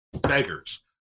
beggars